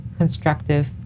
constructive